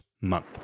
month